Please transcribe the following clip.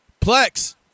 Plex